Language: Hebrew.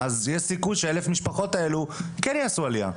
יש סיכוי ש-1,000 המשפחות האלה כן יעשו עלייה.